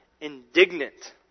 indignant